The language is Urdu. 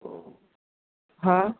تو ہاں